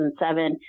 2007